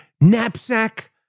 knapsack